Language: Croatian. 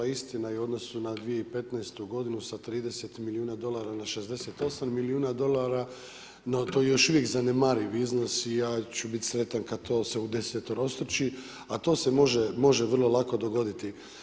Istina i u odnosu na 2015. godinu sa 30 milijuna dolara na 68 milijuna dolara, no to je još uvijek zanemariv iznos i ja ću bit sretan kad se to udesetorostruči, a to se može vrlo lako dogoditi.